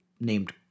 named